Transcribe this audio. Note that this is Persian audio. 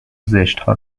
زشتها